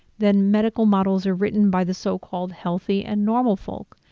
then medical models are written by the so called healthy and normal folk,